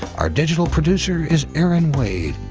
our digital producer is erin wade,